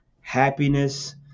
happiness